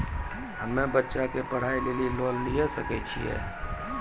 हम्मे बच्चा के पढ़ाई लेली लोन लिये सकय छियै?